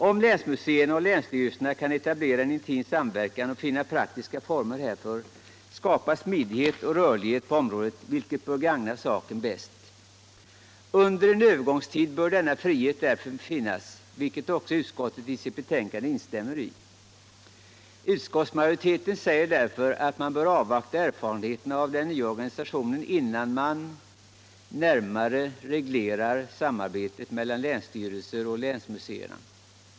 Om länsmuscerna och länsstyrelserna kan etablera en intim samverkan och finna praktiska former härför skapas smidighet och rörlighet på området, vilket bör gagna saken bäst. Under en övergångstid bör denna frihet därför finnas, vilket också utskottet i sitt betänkande instämmer i. Utskottsmajoriteten säger att man bör avvakta erfarenheterna av den nya Organisationen innan man närmare reglerar samarbetet mellan länsstyrelserna och länsmuseerna.